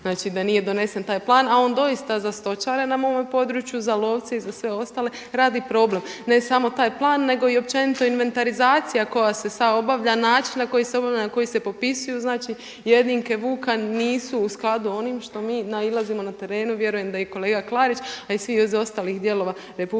Znači da nije donesen taj plan, a on doista za stočare na ovome području za lovce i za sve ostale radi problem. Ne samo taj plan, nego i općenito inventarizacija koja se sad obavlja, način na koji se obavlja, na koji se popisuju znači jedinke vuka nisu u skladu sa onim na što mi nailazimo na terenu. Vjerujem da i kolega Klarić, a i svi iz ostalih dijelova RH